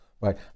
right